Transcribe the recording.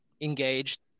engaged